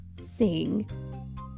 sing